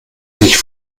sich